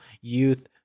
youth